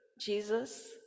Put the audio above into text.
jesus